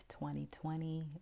2020